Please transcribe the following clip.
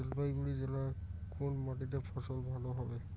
জলপাইগুড়ি জেলায় কোন মাটিতে ফসল ভালো হবে?